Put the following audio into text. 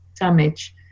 damage